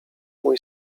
mój